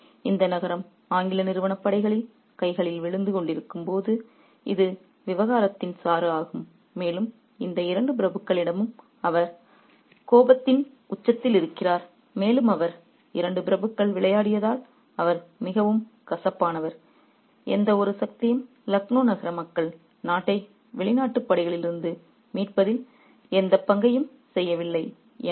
ஆகவே இந்த நகரம் ஆங்கில நிறுவனப் படைகளின் கைகளில் விழுந்து கொண்டிருக்கும் போது இது விவகாரத்தின் சாறு ஆகும் மேலும் இந்த இரண்டு பிரபுக்களிடமும் அவர் கோபத்தின் உச்சத்தில் இருக்கிறார் மேலும் அவர் இரண்டு பிரபுக்கள் விளையாடியதால் அவர் மிகவும் கசப்பானவர் எந்தவொரு சக்தியும் லக்னோ நகர மக்கள் நாட்டை வெளிநாட்டுப் படைகளிடமிருந்து மீட்பதில் எந்தப் பங்கையும் செய்யவில்லை